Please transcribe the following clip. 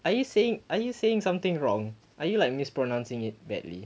are you saying are you saying something wrong are you like mispronouncing it badly